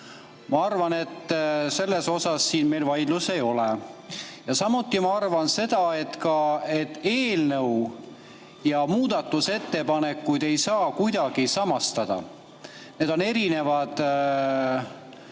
Ma arvan, et selles meil siin vaidlust ei ole. Samuti ma arvan, et eelnõu ja muudatusettepanekuid ei saa kuidagi samastada. Need on erinevad